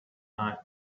night